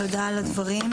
תודה על הדברים.